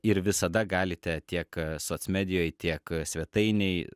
ir visada galite tiek socmedijoj tiek svetainėj